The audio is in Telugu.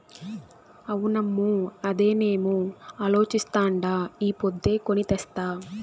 అవునమ్మో, అదేనేమో అలోచిస్తాండా ఈ పొద్దే కొని తెస్తా